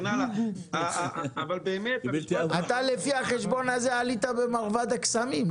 אבל באמת --- לפי החשבון הזה עלית במרבד הקסמים,